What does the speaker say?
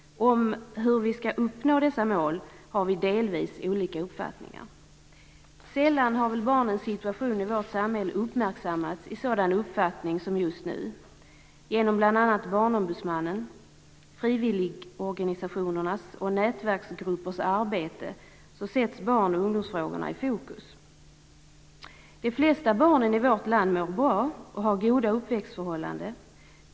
Om hur vi skall uppnå dessa mål har vi delvis olika uppfattningar. Sällan har väl barnens situation i vårt samhälle uppmärksammats i sådan omfattning som just nu. Genom bl.a. Barnombudsmannens, frivilligorganisationernas och nätverksgruppernas arbete sätts barnoch ungdomsfrågorna i fokus. De flesta barnen i vårt land mår bra och har goda uppväxtförhållanden.